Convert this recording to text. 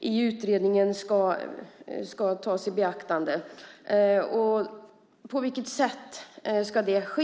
i utredningen ska tas i beaktande. På vilket sätt ska det ske?